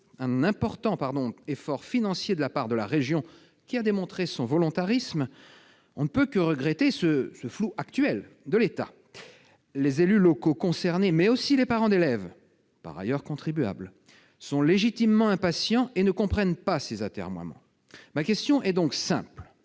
un important effort financier de la part de la région, qui a démontré son volontarisme, on ne peut que regretter le flou actuel de l'État. Les élus locaux concernés, mais aussi les parents d'élèves, par ailleurs contribuables, sont légitimement impatients et ne comprennent pas ces atermoiements. Ma question est donc simple